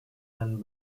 den